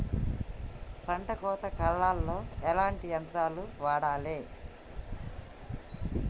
పంట కోత కాలాల్లో ఎట్లాంటి యంత్రాలు వాడాలే?